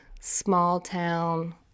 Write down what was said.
small-town